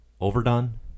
overdone